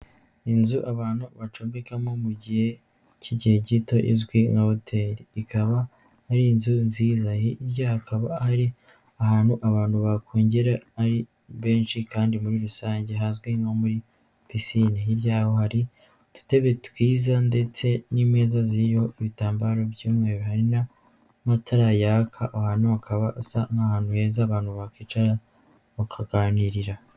Inzu abantu bacumbikamo mu gihe cy'igihe gito izwi nka hoteri, ikaba ari inzu nziza, hirya hakaba ari ahantu abantu bakogera ari benshi kandi muri rusange hazwi nko muri pisine, hirya yaho hari udutebe twiza ndetse n'imeza ziriho ibitambaro byu'mweru, hari n'amatara yaka ahantu hakaba hasa n'ahantu heza abantu bakwicara bakaganirira.